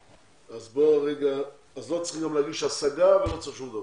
אז לא צריכים גם להגיש השגה ולא צריך שום דבר.